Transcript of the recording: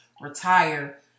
retire